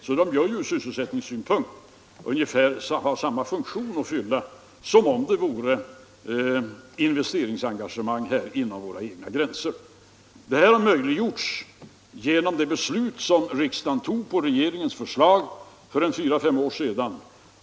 De har därför ur sysselsättningssynpunkt samma funktion som om det vore fråga om investeringsengagemang inom våra egna gränser. Detta har möjliggjorts av det beslut som riksdagen fattade på regeringens förslag för fyra fem år sedan.